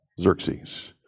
Xerxes